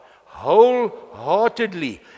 Wholeheartedly